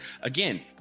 Again